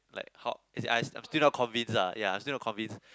like how is I I'm still not convince ah ya I'm still not convinced